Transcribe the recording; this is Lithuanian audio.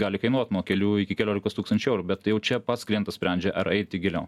gali kainuot nuo kelių iki keliolikos tūkstančių eurų bet jau čia pats klientas sprendžia ar eiti giliau